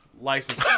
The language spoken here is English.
license